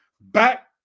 back